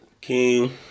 King